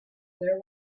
there